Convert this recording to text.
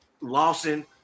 Lawson